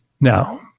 Now